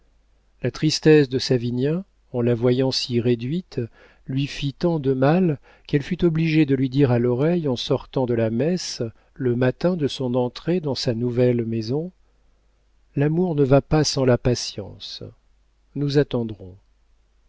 la tristesse de savinien en la voyant si réduite lui fit tant de mal qu'elle fut obligée de lui dire à l'oreille en sortant de la messe le matin de son entrée dans sa nouvelle maison l'amour ne va pas sans la patience nous attendrons